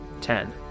Ten